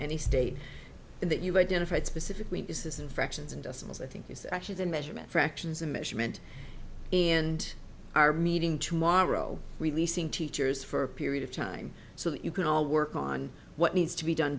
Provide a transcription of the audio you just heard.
any state and that you've identified specifically is this infractions and decimals i think it's actually the measurement fractions of measurement and our meeting tomorrow releasing teachers for a period of time so that you can all work on what needs to be done